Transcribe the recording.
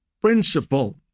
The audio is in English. principle